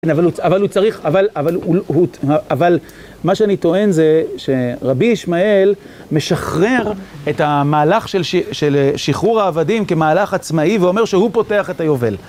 כן, אבל הוא צריך, אבל מה שאני טוען זה שרבי ישמעאל משחרר את המהלך של שחרור העבדים כמהלך עצמאי ואומר שהוא פותח את היובל.